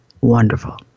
wonderful